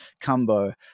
combo